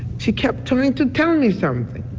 she kept trying to tell me something.